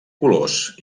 colors